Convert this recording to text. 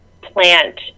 plant